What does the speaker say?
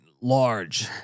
large